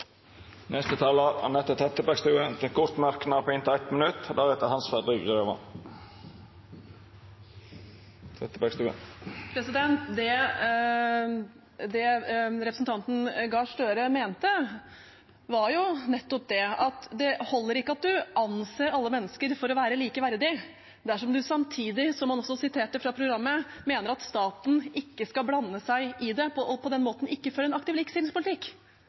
Anette Trettebergstuen har hatt ordet to gonger tidlegare og får ordet til ein kort merknad, avgrensa til 1 minutt. Det representanten Gahr Støre mente, var nettopp at det holder ikke at man anser alle mennesker for å være likeverdige dersom man samtidig, som han også siterte fra programmet, mener at staten ikke skal blande seg i det, og på den måten ikke føre en aktiv likestillingspolitikk.